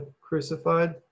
crucified